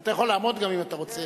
אתה יכול גם לעמוד, אם אתה רוצה.